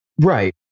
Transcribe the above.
Right